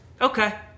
Okay